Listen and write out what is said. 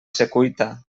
secuita